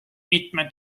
mitme